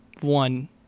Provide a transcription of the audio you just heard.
one